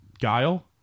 Guile